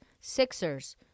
Sixers